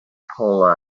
pull